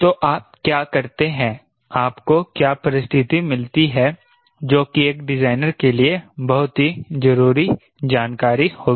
तो आप क्या करते हैं आपको क्या परिस्थिति मिलती है जो कि एक डिजाइनर के लिए बहुत ही जरूरी जानकारी होगी